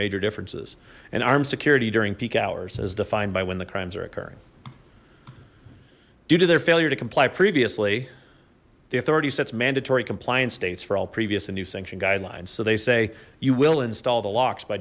major differences and armed security during peak hours as defined by when the crimes are occurring due to their failure to comply previously the authority sets mandatory compliance dates for all previous and new sanction guidelines so they say you will install the locks by